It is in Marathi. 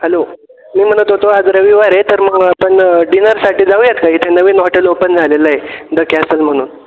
हॅलो मी म्हणत होतो आज रविवार आहे तर मग आपण डिनरसाठी जाऊयात का इथे नवीन हॉटल ओपन झालेलं आहे द कॅसल म्हणून